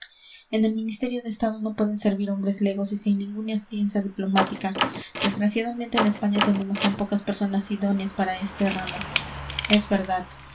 en el ministerio de estado no pueden servir hombres legos y sin ninguna ciencia diplomática desgraciadamente en españa tenemos tan pocas personas idóneas para este ramo es verdad